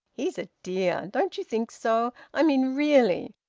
he's a dear! don't you think so? i mean really!